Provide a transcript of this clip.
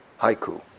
haiku